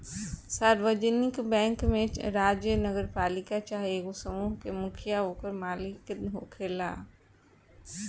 सार्वजानिक बैंक में राज्य, नगरपालिका चाहे एगो समूह के मुखिया ओकर मालिक होखेला